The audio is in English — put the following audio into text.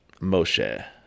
Moshe